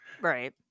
right